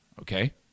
okay